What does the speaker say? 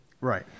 right